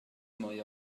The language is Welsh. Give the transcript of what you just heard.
mwy